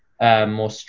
more